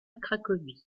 cracovie